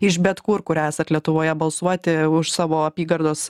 iš bet kur kur esat lietuvoje balsuoti už savo apygardos